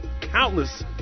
countless